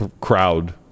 crowd